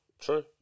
true